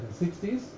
1960s